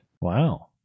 Wow